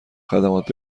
خدمات